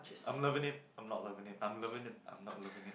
I'm loving it I'm not loving it I'm loving it I'm not loving it